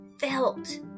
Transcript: felt